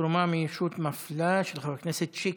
(תרומה מישות מפלה), של חבר הכנסת שיקלי.